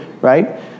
right